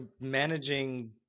managing